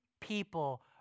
people